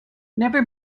never